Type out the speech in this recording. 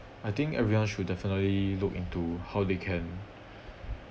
I think everyone should definitely look into how they can